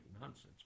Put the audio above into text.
nonsense